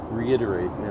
reiterate